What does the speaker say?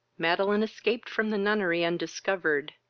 madeline escaped from the nunnery undiscovered,